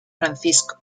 francisco